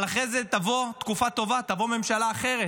אבל אחרי זה תבוא תקופה טובה, תבוא ממשלה אחרת.